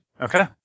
Okay